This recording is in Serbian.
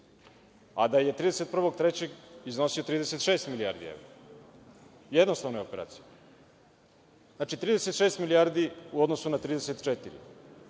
a da je 31. marta iznosio 36 milijardi evra. Jednostavna je operacija. Znači, 36 milijardi u odnosu na 34